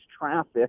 traffic